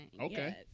Okay